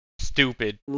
Stupid